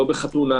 לא בחתונה,